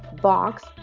box,